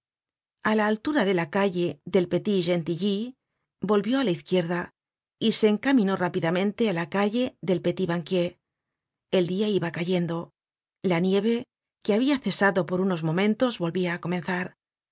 a la altura de la calle del petit gentilly volvió á la izquierda y se encaminó rápidamente á la calle del petit banquier el dia iba cayendo la nieve que habia cesado por unos momentos volvia á comenzar